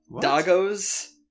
Dagos